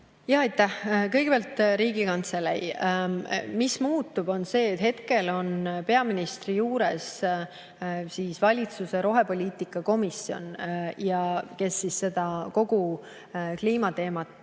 Aitäh! Kõigepealt Riigikantselei. Mis muutub, on see, et hetkel on peaministri juures valitsuse rohepoliitika komisjon, kes kogu kliimateemat